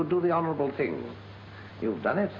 would do the honorable thing you've done it